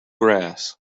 grass